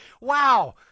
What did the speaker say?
Wow